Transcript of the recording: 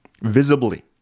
visibly